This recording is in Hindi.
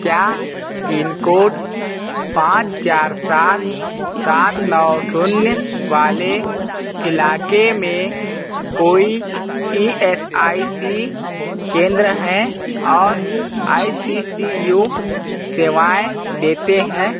क्या पिन कोड पाँच चार सात सात नौ शून्य वाले इलाके में कोई ई एस आई सी केंद्र है और आई सी सी यू सेवाएँ देते हैं